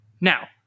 Now